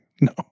No